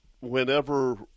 whenever